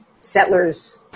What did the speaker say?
settlers